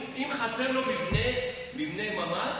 אם חסר לו מבנה, מבנה ממ"ד,